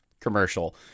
commercial